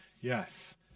Yes